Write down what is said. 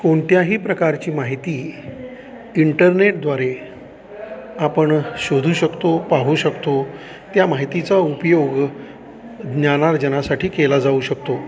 कोणत्याही प्रकारची माहिती इंटरनेटद्वारे आपण शोधू शकतो पाहू शकतो त्या माहितीचा उपयोग ज्ञानार्जनासाठी केला जाऊ शकतो